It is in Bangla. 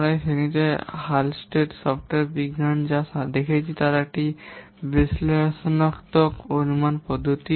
আমরা এই শ্রেণিতে হ্যালস্টেড সফটওয়্যার বিজ্ঞান সম্পর্কে দেখেছি যা একটি বিশ্লেষণাত্মক অনুমান পদ্ধতি